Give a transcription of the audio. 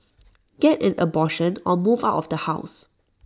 get an abortion or move out of the house